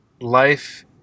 life